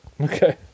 Okay